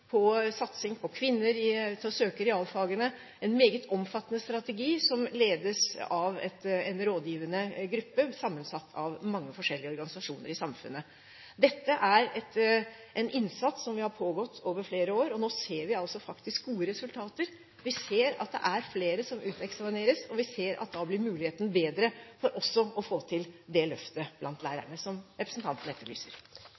på å få kvinner til å søke realfagene. Dette er en meget omfattende strategi som ledes av en rådgivende gruppe, sammensatt av mange forskjellige organisasjoner i samfunnet. Det er en innsats som har pågått over flere år, og nå ser vi faktisk gode resultater. Vi ser at det er flere som uteksamineres, og vi ser at da blir muligheten bedre for også å få til det løftet blant